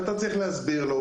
אתה צריך להסביר לו,